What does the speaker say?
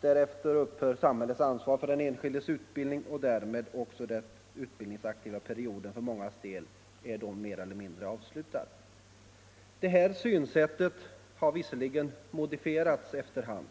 Därefter upphör samhällets ansvar för den enskildes utbildning, och därmed är också den utbild 61 ningsaktiva perioden för mångas del mer eller mindre avslutad. Detta synsätt har visserligen modifierats efter hand.